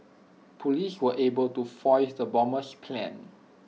Police were able to foil the bomber's plan